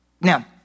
Now